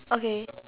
okay